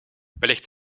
wellicht